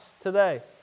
today